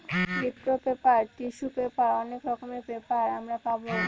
রিপ্র paper, tissue paper অনেক রকমের পেপার আমরা পাবো